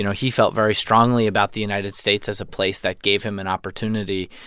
you know he felt very strongly about the united states as a place that gave him an opportunity.